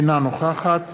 אינה נוכחת